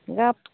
ᱜᱟᱯ